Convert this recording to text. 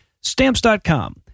Stamps.com